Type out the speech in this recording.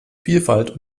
vielfalt